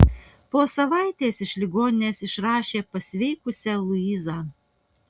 po savaitės iš ligoninės išrašė pasveikusią luizą